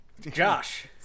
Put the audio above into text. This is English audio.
Josh